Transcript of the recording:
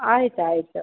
ಆಯ್ತು ಆಯ್ತು